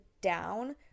down